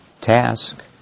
task